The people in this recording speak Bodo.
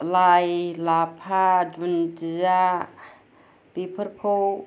लाइ लाफा दुन्दिया बेफोरखौ